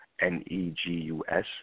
N-E-G-U-S